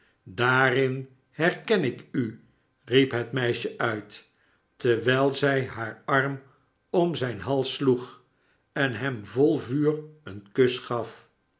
daarin herken ik u riep het meisje uit terwijl zij haar arm om zijn hals sloeg en hem vol vuur een kus gaf